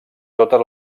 totes